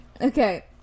okay